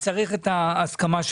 ממשרד האוצר לקבל את ההצעה הזאת,